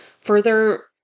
Further